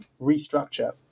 restructure